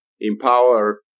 empower